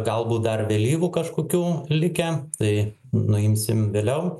galbūt dar vėlyvų kažkokių likę tai nuimsim vėliau